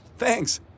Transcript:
Thanks